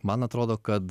man atrodo kad